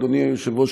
אדוני היושב-ראש,